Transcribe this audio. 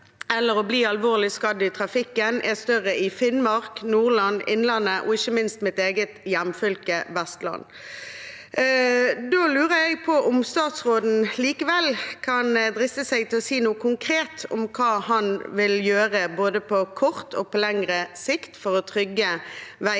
eller å bli alvorlig skadd i trafikken er større i Finnmark, Nordland, Innlandet og ikke minst i mitt eget hjemfylke, Vestland. Da lurer jeg på om statsråden likevel kan driste seg til å si noe konkret om hva han vil gjøre, både på kort og på lengre sikt, for å trygge veiene